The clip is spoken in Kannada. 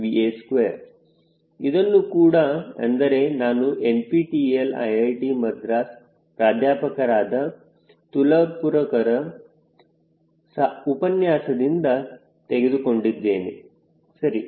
35VA2 ಇದನ್ನು ಕೂಡ ಎಂದರೆ ನಾನು NPTEL IIT ಮದ್ರಾಸ್ ಪ್ರಾಧ್ಯಾಪಕರಾದ ತುಲಪುರಕರ ಉಪನ್ಯಾಸದಿಂದ ತೆಗೆದುಕೊಂಡಿದ್ದೇನೆ ಸರಿ